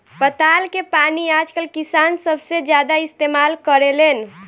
पताल के पानी आजकल किसान सबसे ज्यादा इस्तेमाल करेलेन